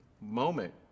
moment